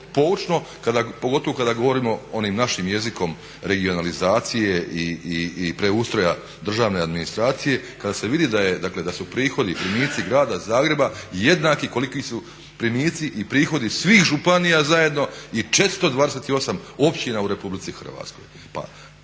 pogotovo kada govorimo onim našim jezikom regionalizacije i preustroja državne administracije kada se vidi dakle da su prihodi, primici grada Zagreba jednaki koliki su primici i prihodi svih županija zajedno i 428 općina u Republici Hrvatskoj.